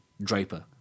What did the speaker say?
Draper